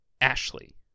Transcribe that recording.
Ashley